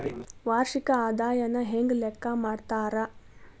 ವಾರ್ಷಿಕ ಆದಾಯನ ಹೆಂಗ ಲೆಕ್ಕಾ ಮಾಡ್ತಾರಾ?